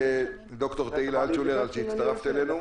דוקטור תהילה אלטשולר על כך שהצטרפת אלינו.